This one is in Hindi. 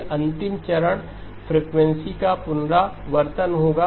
फिर अंतिम चरण फ्रीक्वेंसी का पुनरावर्तन होगा